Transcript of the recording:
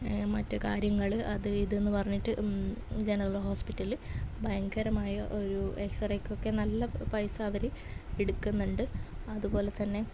മറ്റ് കാര്യങ്ങൾ അത് ഇത്ന്ന് പറഞ്ഞിട്ട് ജെനറൽ ഹോസ്പിറ്റല് ഭയങ്കരമായ ഒരു എക്സറേക്കൊക്കെ നല്ല പൈസ അവർ എടുക്കുന്നുണ്ട് അതുപോലെ തന്നെ